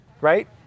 Right